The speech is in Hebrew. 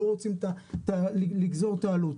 לא רוצים לגזור את העלות,